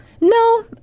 No